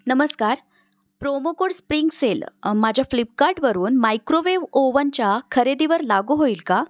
नमस्कार promo code spring sale माझ्या फ्लिपकार्टवरून मायक्रोवेव्ह ओवनच्या खरेदीवर लागू होईल का